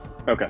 okay